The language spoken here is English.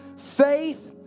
faith